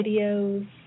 videos